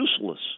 useless